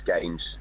games